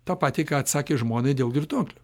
tą patį ką atsakė žmonai dėl girtuoklių